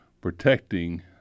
protecting